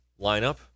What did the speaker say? lineup